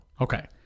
okay